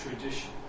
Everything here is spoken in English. tradition